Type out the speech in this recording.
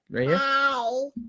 hi